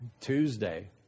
Tuesday